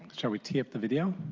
should we queue up the video?